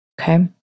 Okay